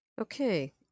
Okay